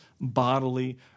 bodily